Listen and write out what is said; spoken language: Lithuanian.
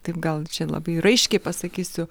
taip gal čia labai raiškiai pasakysiu